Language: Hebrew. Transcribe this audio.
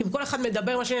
אם כל אחד מדבר משהו,